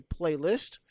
playlist